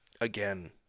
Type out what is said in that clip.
again